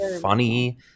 funny